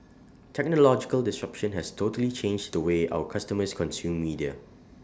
technological disruption has totally changed the way our customers consume media